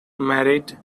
married